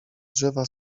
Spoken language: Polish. drzewa